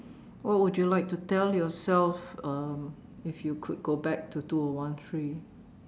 what would you like to tell yourself um if you could go back to two O one three